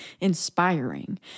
inspiring